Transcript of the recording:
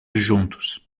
juntos